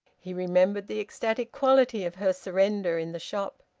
he remembered the ecstatic quality of her surrender in the shop.